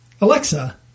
Alexa